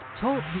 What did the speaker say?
Talk